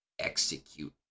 execute